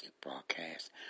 broadcast